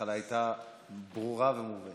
ההתחלה הייתה ברורה ומובנת.